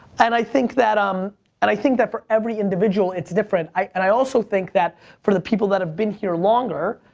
and i think that um and i think that, for every individual it's different. and i also think that for the people that have been here longer,